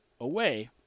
away